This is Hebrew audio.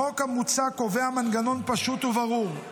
החוק המוצע קובע מנגנון פשוט וברור: